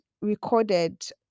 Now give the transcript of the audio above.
recorded